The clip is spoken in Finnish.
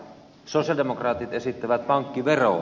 sosialidemokraatit esittävät pankkiveroa